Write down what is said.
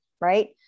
right